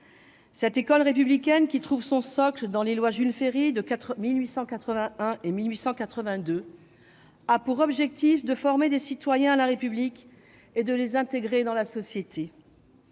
Cette école républicaine, qui trouve son socle dans les lois Ferry de 1881 et 1882, a pour objectif de former des citoyens à la République et de les intégrer dans la société.